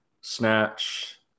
snatch